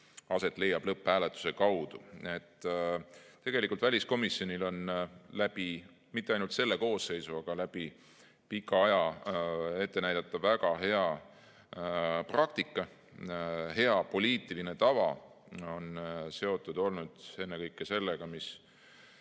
aset leiab lõpphääletuse kaudu. Tegelikult väliskomisjonil on läbi pika aja, mitte ainult selle koosseisu jooksul, ette näidata väga hea praktika. Hea poliitiline tava on seotud olnud ennekõike sellega, mis